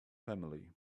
family